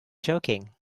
joking